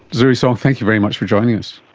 zirui song, thank you very much for joining us.